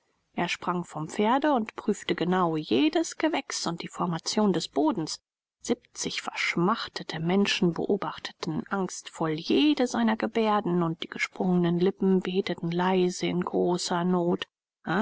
er sprang vom pferde und prüfte genau jedes gewächs und die formation des bodens siebzig verschmachtete menschen beobachteten angstvoll jede seiner gebärden und die gesprungenen lippen beteten leise in großer not